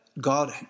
God